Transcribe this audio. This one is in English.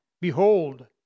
Behold